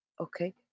okay